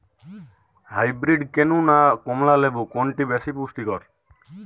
Hybrid kinnow না কমলা লেবু কোনটি বেশি পুষ্টিকর?